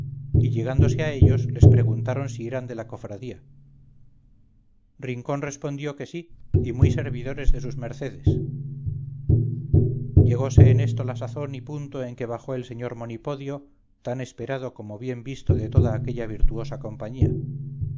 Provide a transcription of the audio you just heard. y llegándose a ellos les preguntaron si eran de la cofradía rincón respondió que sí y muy servidores de sus mercedes llegóse en esto la sazón y punto en que bajó el señor monipodio tan esperado como bien visto de toda aquella virtuosa compañía